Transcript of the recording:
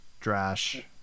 drash